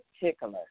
particular